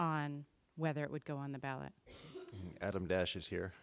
on whether it would go on the ballot adam bash is here